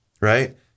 right